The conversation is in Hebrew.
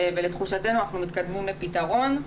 ולתחושתנו אנחנו מתקדמים לפתרון,